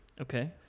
Okay